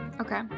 Okay